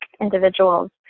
individuals